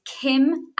kim